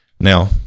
Now